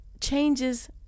changes